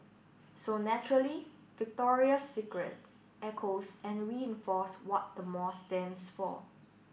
so naturally Victoria's Secret echoes and reinforce what the mall stands for